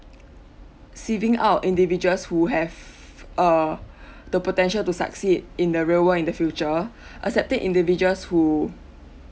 sieving out the indigenous who have err the potential to succeed in the real world in the future accepting individual who